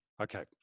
Okay